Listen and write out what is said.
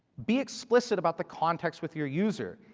be explicit about the context with your user,